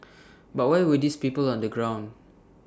but where were these people on the ground